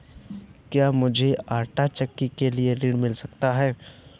क्या मूझे आंटा चक्की के लिए ऋण मिल सकता है?